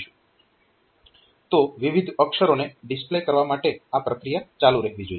તો વિવિધ અક્ષરોને ડિસ્પ્લે કરવા માટે આ પ્રક્રિયા ચાલુ રહેવી જોઈએ